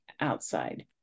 outside